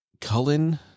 cullen